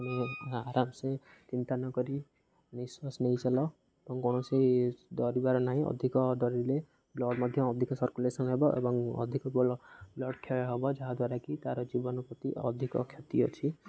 ଆମେ ଆରାମସେ ଚିନ୍ତା ନକରି ନିଶ୍ୱାସ ନେଇସାରିଲା ଏବଂ କୌଣସି ଡ଼ରିବାର ନାହିଁ ଅଧିକ ଡ଼ରିଲେ ବ୍ଲଡ଼୍ ମଧ୍ୟ ଅଧିକ ସର୍କୁଲେସନ୍ ହେବ ଏବଂ ଅଧିକ ବ୍ଲଡ଼୍ କ୍ଷୟ ହେବ ଯାହାଦ୍ୱାରା କିି ତା'ର ଜୀବନ ପ୍ରତି ଅଧିକ କ୍ଷତି ଅଛି